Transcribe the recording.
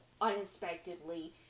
unexpectedly